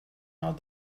not